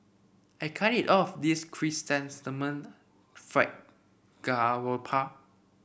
I can't eat all of this Chrysanthemum Fried Garoupa